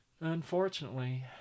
unfortunately